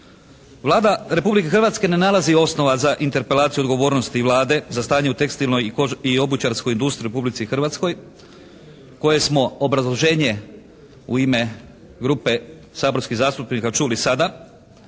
Vlada Republike Hrvatske ne nalazi osnova za interpelaciju odgovornosti Vlade za stanje u tekstilnoj i obućarskoj industriji u Republici Hrvatskoj koje smo obrazloženje u ime grupe saborskih zastupnika čuli sada,